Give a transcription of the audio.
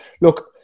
look